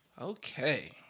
Okay